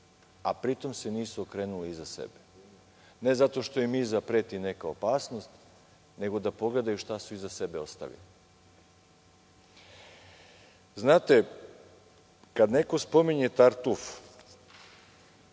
a pri tom se nisu okrenuli iza sebe. Ne zato što im iza preti neka opasnost, nego da pogledaju šta su iza sebe ostavili. Kad neko spominje tartuf,